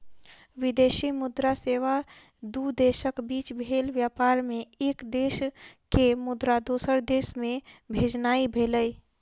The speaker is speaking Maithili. विदेशी मुद्रा सेवा दू देशक बीच भेल व्यापार मे एक देश के मुद्रा दोसर देश मे भेजनाइ भेलै